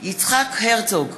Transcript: יצחק הרצוג,